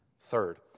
Third